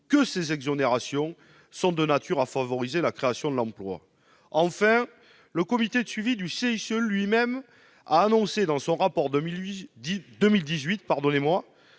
que ces exonérations sont de nature à favoriser la création d'emplois. Enfin, le comité de suivi du CICE lui-même a annoncé, dans son rapport de